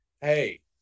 hey